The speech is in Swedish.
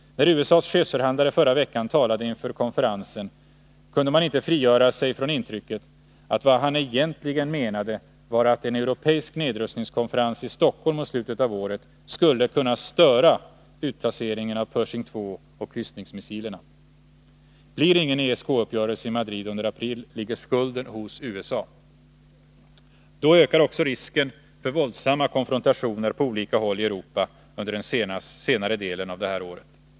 När USA:s chefsförhandlare förra veckan talade inför konferensen, kunde jag inte frigöra mig från intrycket att vad han egentligen menade var att en europeisk nedrustningskonferens i Stockholm mot slutet av året skulle kunna störa utplaceringen av Pershing 2 och kryssningsmissilerna. Blir det ingen ESK-uppgörelse i Madrid under april, ligger skulden hos USA. Då ökar också risken för våldsamma konfrontationer på olika håll i Europa under senare delen av det här året.